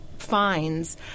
fines